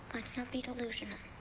let's not be delusional.